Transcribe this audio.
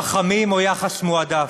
רחמים או יחס מועדף,